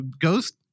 ghost